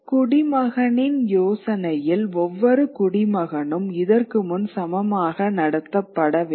குடிமகனின் யோசனையில் ஒவ்வொரு குடிமகனும் இதற்குமுன் சமமாக நடத்தப்பட வேண்டும்